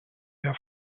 mehr